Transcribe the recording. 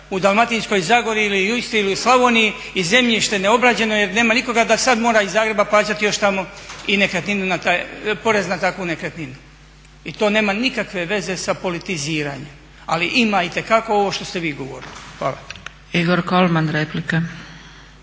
u Dalmatinskoj zagori ili u Istri ili u Slavoniji i zemljište neobrađeno jer nema nikoga da sada mora iz Zagreba plaćati još tamo i nekretninu na taj, porez na takvu nekretninu. I to nema nikakve veze sa politiziranjem ali ima itekako ovo što ste vi govorili. Hvala. **Zgrebec, Dragica